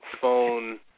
phone